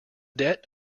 debt